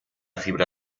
fibra